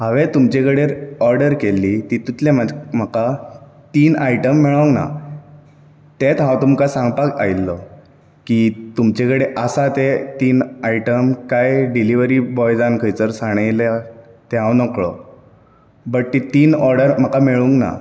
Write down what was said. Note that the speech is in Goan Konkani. हांवे तुमचे कडेन ऑर्डर केल्ली तितूंतले म्हज म्हाका तीन आयटम मेळोंक ना तेत हांव तुमका सांगपाक आयिल्लो की तुमचे कडेन आसा ते तीन आयटम काय डिलीवरी बॉयजान खंयसर साणयल्या तें हांव नकळो बट ती तीन ऑर्डर म्हाका मेळूंक ना